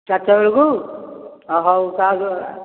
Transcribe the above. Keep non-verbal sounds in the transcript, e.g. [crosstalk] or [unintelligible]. ଚାରିଟା ବେଳକୁ ଓ ହଉ [unintelligible]